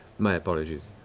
my apologies.